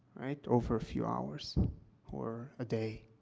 right, over a few hours or a day?